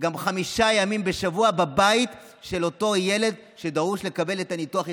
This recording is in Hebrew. גם חמישה ימים בשבוע בבית של אותו ילד שדרוש לקבל את ניתוח ההתנהגות,